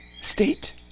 state